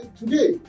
today